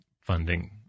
funding